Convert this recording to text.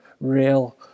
real